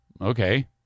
Okay